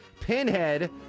Pinhead